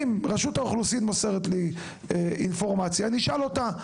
אם רשות האוכלוסין מוסרת לי אינפורמציה אני אשאל אותה.